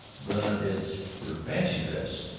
but it's for fancy dress.